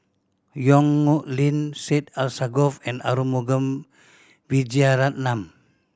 Yong Nyuk Lin Syed Alsagoff and Arumugam Vijiaratnam